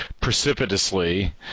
precipitously